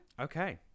Okay